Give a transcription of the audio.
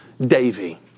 Davy